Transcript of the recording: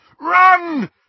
Run